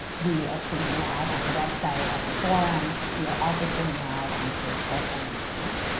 we are streaming live on the website of the forum. we are also streaming live on facebook and youtube.